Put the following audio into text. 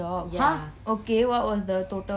okay what was the total